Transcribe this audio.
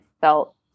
felt